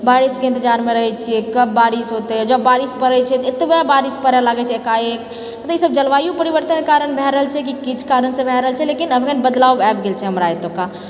बारिशके इन्तजारमे रहैत छिए कब बारिश होतै आर जब बारिश पड़ैछै तऽ एतबै बारिश पड़ए लागैछै एकाएक पता नहि ई सब जलवायु परिवर्तनके कारण भए रहलछै कि किछु कारणसे भए रहलछै लेकिन अखन बदलाव आबि गेलछै हमरा एतुका